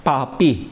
papi